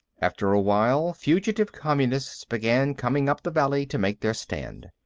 after a while, fugitive communists began coming up the valley to make their stand.